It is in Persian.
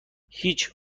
هیچ